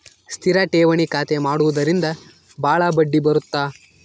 ಸ್ಥಿರ ಠೇವಣಿ ಖಾತೆ ಮಾಡುವುದರಿಂದ ಬಾಳ ಬಡ್ಡಿ ಬರುತ್ತ